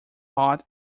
hot